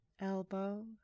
Elbow